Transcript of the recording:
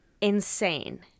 insane